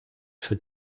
für